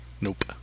Nope